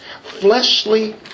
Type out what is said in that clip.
fleshly